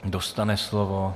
Dostane slovo.